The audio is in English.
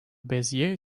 bezier